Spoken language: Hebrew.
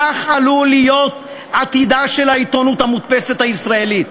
כך עלול להיות עתידה של התקשורת המודפסת הישראלית.